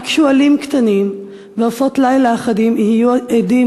רק שועלים קטנים/ ועופות לילה אחדים יהיו עדים